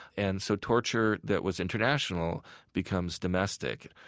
and so torture that was international becomes domestic.